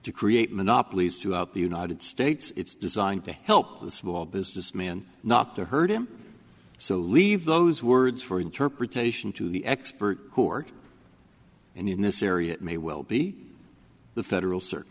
to create monopolies throughout the united states it's designed to help the small businessman not to hurt him so leave those words for interpretation to the expert court and in this area it may well be the federal cir